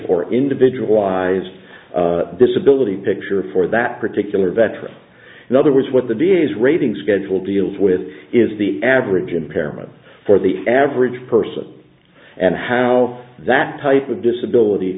of or individualized disability picture for that particular veteran in other words what the b is rating schedule deals with is the average impairment for the average person and how that type of disability